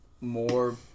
more